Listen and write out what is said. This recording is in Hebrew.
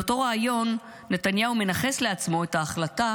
באותו ריאיון נתניהו מנכס לעצמו את ההחלטה